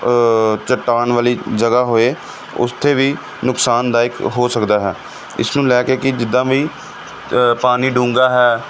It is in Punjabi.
ਚੱਟਾਨ ਵਾਲੀ ਜਗ੍ਹਾ ਹੋਏ ਉਸ 'ਤੇ ਵੀ ਨੁਕਸਾਨਦਾਇਕ ਹੋ ਸਕਦਾ ਹੈ ਇਸ ਨੂੰ ਲੈ ਕੇ ਕਿ ਜਿੱਦਾਂ ਵੀ ਪਾਣੀ ਡੂੰਘਾ ਹੈ